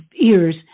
ears